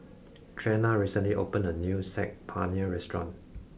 Trena recently opened a new Saag Paneer restaurant